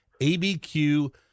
ABQ